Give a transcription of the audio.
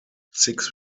six